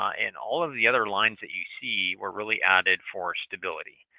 um and all of the other lines that you see were really added for stability.